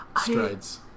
strides